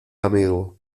amigo